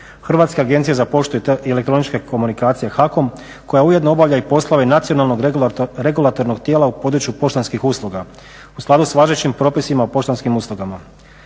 Hrvatska agencija za poštu i elektroničke komunikacije HAKOM koja ujedno obavlja poslove i nacionalnog regulatornog tijela u području poštanskih usluga u skladu sa važećim propisima poštanskim uslugama.